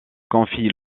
confie